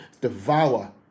devour